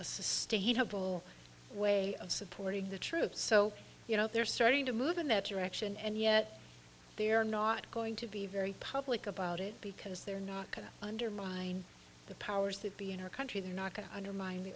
a sustainable way of supporting the troops so you know they're starting to move in that direction and yet they're not going to be very public about it because they're not going to undermine the powers that be in our country they're not going to undermine the